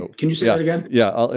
ah can you see that again, yeah, ah